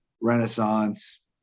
renaissance